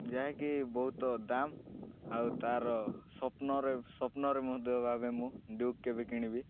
ଯାହାକି ବହୁତ ଦାମ୍ ଆଉ ତାର ସ୍ୱପ୍ନରେ ସ୍ୱପ୍ନରେ ମଧ୍ୟ ଭାବେ ମୁଁ ଡ୍ୟୁକ୍ କେବେ କିଣିବି